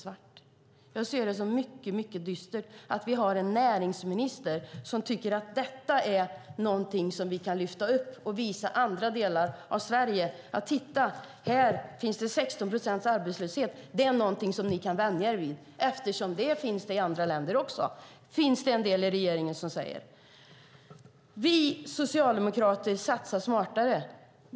Och jag ser det som mycket dystert att vi har en näringsminister som tycker att detta är någonting som vi kan lyfta upp för att visa andra delar av Sverige och säga: Titta, här är det 16 procents arbetslöshet! Det är någonting som ni kan vänja er vid, eftersom det är så i andra länder också. Så finns det en del i regeringen som säger. Vi socialdemokrater satsar smartare.